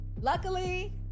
Luckily